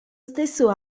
stesso